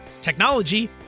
technology